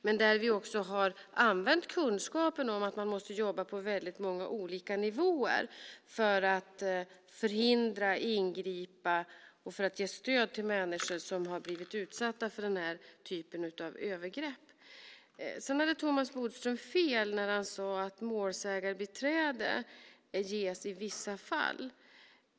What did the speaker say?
Vi har också använt kunskapen om att man måste jobba på väldigt många olika nivåer för att förhindra det här och ingripa och för att ge stöd till människor som har blivit utsatta för den här typen av övergrepp. Sedan hade Thomas Bodström fel när han sade att målsägandebiträden ges i vissa fall.